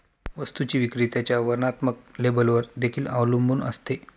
वस्तूची विक्री त्याच्या वर्णात्मक लेबलवर देखील अवलंबून असते